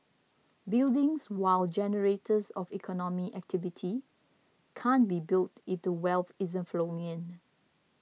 buildings while generators of economic activity can't be built if the wealth isn't flowing in